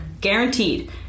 Guaranteed